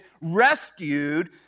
rescued